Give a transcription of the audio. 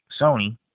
Sony